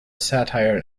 satire